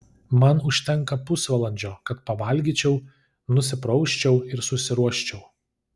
man užtenka pusvalandžio kad pavalgyčiau nusiprausčiau ir susiruoščiau